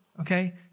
Okay